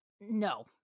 No